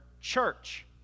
church